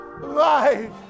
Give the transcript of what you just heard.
life